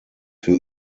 für